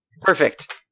Perfect